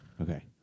Okay